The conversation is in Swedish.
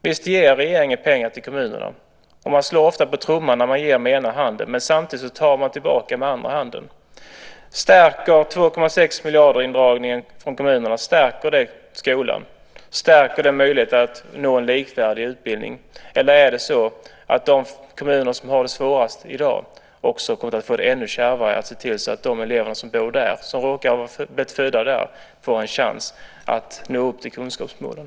Visst ger regeringen pengar till kommunerna. Man slår ofta på trumman när man ger med ena handen men samtidigt tar tillbaka med den andra. Stärker indragningen av 2,6 miljarder från kommunerna skolan? Stärker den möjligheten att nå målet om en likvärdig utbildning? Eller är det så att de kommuner som har det svårast i dag kommer att få det ännu kärvare när det gäller att se till att de elever som bor där, som råkar ha blivit födda där, får en chans att nå upp till kunskapsmålen?